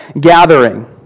gathering